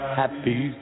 happy